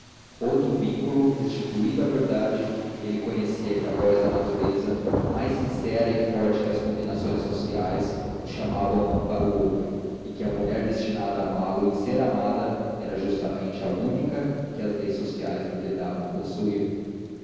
o vínculo restituída a verdade ele conhecia que a voz da natureza mais sincera e forte que as combinações sociais os chamava um para o outro e que a mulher destinada a amá-lo e ser amada era justamente a única que as leis sociais lhe vedavam possuir